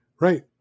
Right